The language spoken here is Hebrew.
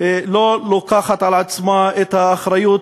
לא לוקחת על עצמה את האחריות,